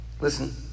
Listen